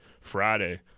Friday